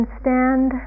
stand